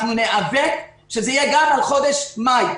אנחנו ניאבק שזה יהיה גם על חודש מאי,